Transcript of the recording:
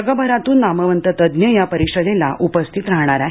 जगभरातून नामवंत तज्ज्ञ या परिषदेला उपस्थित राहणार आहेत